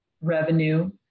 revenue